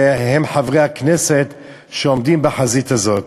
הם חברי הכנסת שעומדים בחזית הזאת.